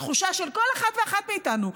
התחושה של כל אחת ואחת מאיתנו,